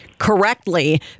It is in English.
correctly